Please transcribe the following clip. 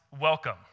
welcome